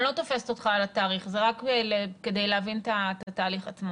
אני לא תופסת אותך על התאריך אלא זה רק כדי להבין את התהליך עצמו